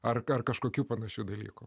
ar kažkokių panašių dalykų